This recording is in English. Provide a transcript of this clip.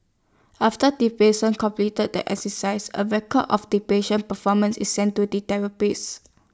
after the patient completes the exercises A record of the patient's performance is sent to the therapist